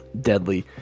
deadly